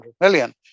million